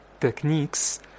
techniques